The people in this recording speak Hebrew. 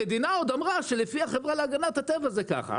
המדינה עוד אמרה שלפי החברה להגנת הטבע זה כך.